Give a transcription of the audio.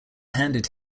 handed